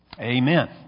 amen